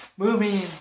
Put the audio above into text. Moving